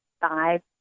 five